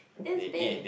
this bit